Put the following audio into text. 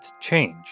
change